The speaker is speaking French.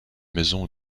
maison